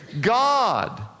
God